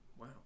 Wow